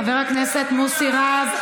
חבר הכנסת מוסי רז,